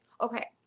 okay